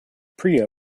priya